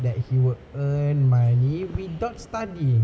that he would earn money without study